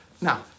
now